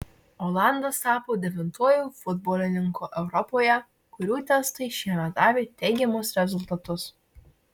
olandas tapo devintuoju futbolininku europoje kurių testai šiemet davė teigiamus rezultatus